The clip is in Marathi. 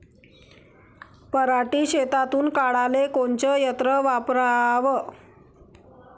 पराटी शेतातुन काढाले कोनचं यंत्र वापराव?